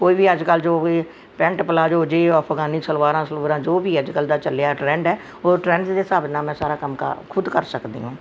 ਕੋਈ ਵੀ ਅੱਜ ਕੱਲ ਜੋ ਵੀ ਪੈਂਟ ਪਲਾਜੋ ਜੇ ਅਫਗਾਨੀ ਸਲਵਾਰਾਂ ਸੁਲਵੁਰਾਂ ਜੋ ਵੀ ਅੱਜ ਕੱਲ੍ਹ ਦਾ ਚੱਲਿਆ ਟਰੈਂਡ ਹੈ ਉਹ ਟਰੈਂਡ ਦੇ ਹਿਸਾਬ ਨਾਲ ਮੈਂ ਸਾਰਾ ਕੰਮ ਕਰ ਖੁਦ ਕਰ ਸਕਦੀ ਹਾਂ